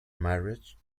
marriage